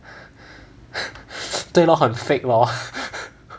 对 lor 很 fake lor